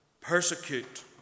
persecute